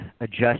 adjust